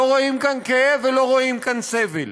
לא רואים כאן כאב ולא רואים כאן סבל.